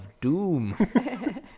doom